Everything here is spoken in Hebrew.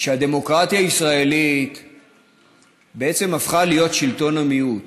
שהדמוקרטיה הישראלית הפכה להיות שלטון המיעוט,